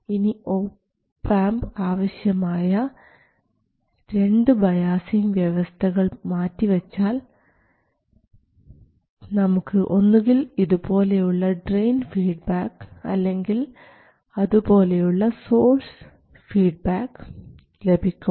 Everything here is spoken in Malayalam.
ഇനി ഒപി ആംപ് ആവശ്യമായ രണ്ട് ബയാസിംഗ് വ്യവസ്ഥകൾ മാറ്റിവച്ചാൽ നമുക്ക് ഒന്നുകിൽ ഇതുപോലെയുള്ള ഡ്രയിൻ ഫീഡ്ബാക്ക് അല്ലെങ്കിൽ അതുപോലെയുള്ള സോഴ്സ് ഫീഡ്ബാക്ക് ലഭിക്കും